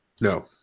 No